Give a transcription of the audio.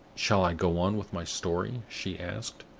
shall i go on with my story? she asked.